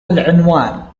العنوان